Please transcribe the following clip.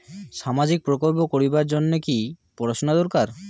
সামাজিক প্রকল্প করির জন্যে কি পড়াশুনা দরকার?